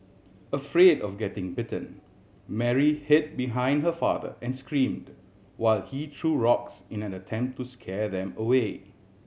afraid of getting bitten Mary hid behind her father and screamed while he threw rocks in an attempt to scare them away